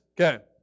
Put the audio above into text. Okay